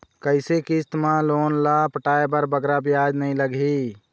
कइसे किस्त मा लोन ला पटाए बर बगरा ब्याज नहीं लगही?